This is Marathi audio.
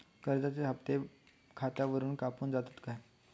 कर्जाचे हप्ते खातावरून कापून जातत काय?